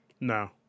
No